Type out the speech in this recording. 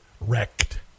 wrecked